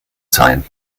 sein